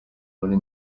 muri